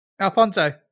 Alfonso